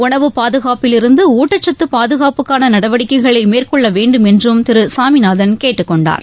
உணவு பாதுகாப்பில் இருந்து ஊட்டச்சத்து பாதுகாப்புக்கான நடவடிக்கைகளை மேற்கொள்ள வேண்டும் என்றும் திரு சாமிநாதன் கேட்டுக்கொண்டார்